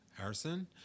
Harrison